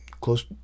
close